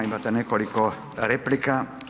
Imate nekoliko replika.